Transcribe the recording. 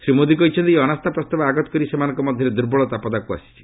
ଶ୍ରୀ ମୋଦି କହିଛନ୍ତି ଏହି ଅନାସ୍ତା ପ୍ରସ୍ତାବ ଆଗତ କରି ସେମାନଙ୍କ ମଧ୍ୟରେ ଦୁର୍ବଳତା ପଦାକୁ ଆସିଛି